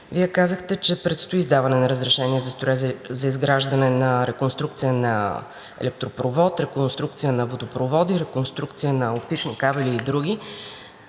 Вие казахте, че предстои издаване на разрешение за строеж за изграждане на реконструкция на електропровод, реконструкция на водопроводи, реконструкция на оптични кабели и други.